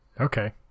Okay